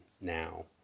now